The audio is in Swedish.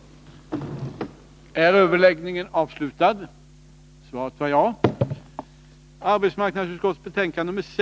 effekter på arbetslivet